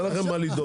אין לכם מה לדאוג.